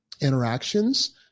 Interactions